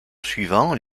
suivant